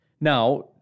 Now